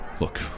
look